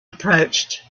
approached